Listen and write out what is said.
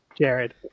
Jared